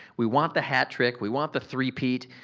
we want the hat trick. we want the three-peat,